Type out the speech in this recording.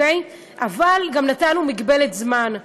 אבל גם נתנו מגבלת זמן.